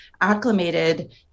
acclimated